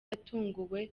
yatunguwe